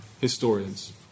historians